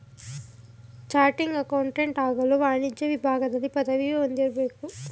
ಚಾಟಿಂಗ್ accountant ಆಗಲು ವಾಣಿಜ್ಯ ವಿಭಾಗದಲ್ಲಿ ಪದವಿ ಹೊಂದಿರಬೇಕು